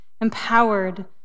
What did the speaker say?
empowered